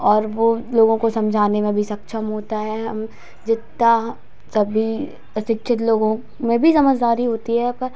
और वह लोगों को समझाने में भी सक्षम होता है हम जितना हँ सभी असिक्षित लोगों में भी समझदारी होती है पर